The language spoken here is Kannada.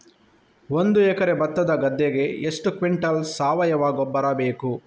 ಒಂದು ಎಕರೆ ಭತ್ತದ ಗದ್ದೆಗೆ ಎಷ್ಟು ಕ್ವಿಂಟಲ್ ಸಾವಯವ ಗೊಬ್ಬರ ಬೇಕು?